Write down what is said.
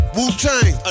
Wu-Tang